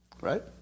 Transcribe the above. Right